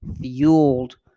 fueled